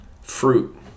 Fruit